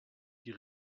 die